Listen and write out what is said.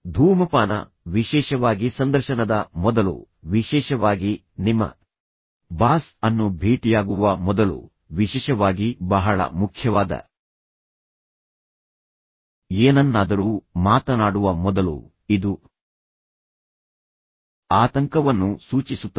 ಧೂಮಪಾನ ವಿಶೇಷವಾಗಿ ಸಂದರ್ಶನದ ಮೊದಲು ವಿಶೇಷವಾಗಿ ನಿಮ್ಮ ಬಾಸ್ ಅನ್ನು ಭೇಟಿಯಾಗುವ ಮೊದಲು ವಿಶೇಷವಾಗಿ ಬಹಳ ಮುಖ್ಯವಾದ ಏನನ್ನಾದರೂ ಮಾತನಾಡುವ ಮೊದಲು ಇದು ಆತಂಕವನ್ನು ಸೂಚಿಸುತ್ತದೆ